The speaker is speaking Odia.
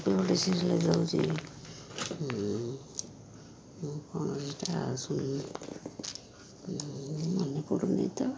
ଏ ଗୋଟେ ସିଲେଇ ଦେଉଛି ମୁଁ କ'ଣ ସେଇଟା ଶୁଣ ମୁଁ ମନେପଡ଼ୁନି ତ